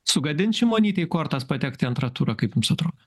sugadins šimonytei kortas patekti į antrą turą kaip jums atrodo